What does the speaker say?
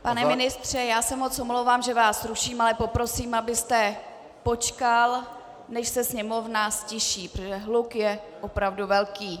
Pane ministře, já se moc omlouvám, že vás ruším, ale poprosím, abyste počkal, než se sněmovna ztiší, protože hluk je opravdu velký.